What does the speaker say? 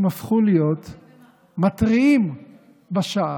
הם הפכו להיות מתריעים בשער,